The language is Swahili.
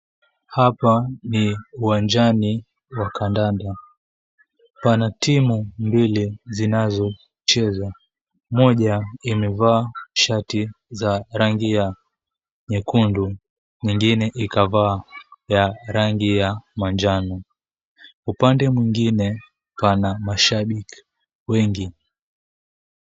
Hapa ni uwanjani wa kandanda. Pana timu mbili zinazocheza. Moja, imevaa shati za rangi ya nyekundu, nyingine ikavaa ya rangi ya manjano. Upande mwengine, pana mashabiki wengi.